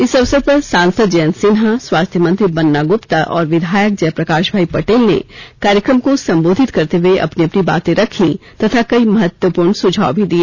इस अवसर पर सांसद जयंत सिन्हा स्वास्थ्य मंत्री बन्ना गुप्ता और विधायक जयप्रकाश भाई पटेल ने कार्यक्रम को संबोधित करते हुए अपनी अपनी बाते रखीं तथा कई महत्वपूर्ण सुझाव भी दिए